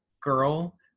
girl